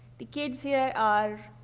the kids here are